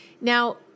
now